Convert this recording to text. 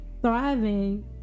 thriving